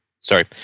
Sorry